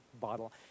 bottle